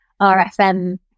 RFM